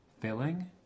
Filling